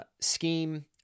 scheme